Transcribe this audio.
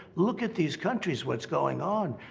look at these countries, what's going on.